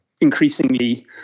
increasingly